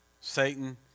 Satan